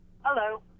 Hello